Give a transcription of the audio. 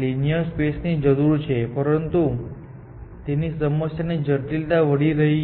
linear space ની જરૂર છે પરંતુ તેની સમયની જટિલતા વધી રહી છે